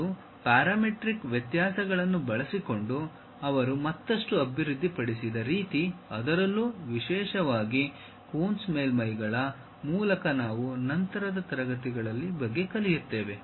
ಮತ್ತು ಪ್ಯಾರಾಮೀಟ್ರಿಕ್ ವ್ಯತ್ಯಾಸಗಳನ್ನು ಬಳಸಿಕೊಂಡು ಅವರು ಮತ್ತಷ್ಟು ಅಭಿವೃದ್ಧಿಪಡಿಸಿದ ರೀತಿ ಅದರಲ್ಲೂ ವಿಶೇಷವಾಗಿ ಕೂನ್ಸ್ ಮೇಲ್ಮೈಗಳ ಮೂಲಕ ನಾವು ನಂತರದ ತರಗತಿಗಳ ಬಗ್ಗೆ ಕಲಿಯುತ್ತೇವೆ